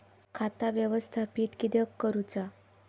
खाता व्यवस्थापित किद्यक करुचा?